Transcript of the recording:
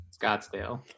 Scottsdale